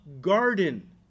Garden